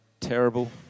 terrible